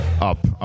Up